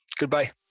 Goodbye